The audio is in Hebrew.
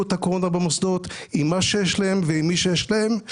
את הקורונה במוסדות עם מה שיש להם ועם מי שיש להם.